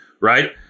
right